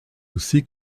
aussi